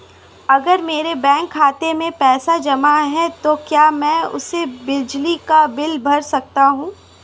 अगर मेरे बैंक खाते में पैसे जमा है तो क्या मैं उसे बिजली का बिल भर सकता हूं?